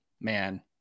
man